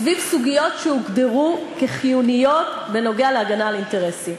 סביב סוגיות שהוגדרו כחיוניות בנוגע להגנה על אינטרסים.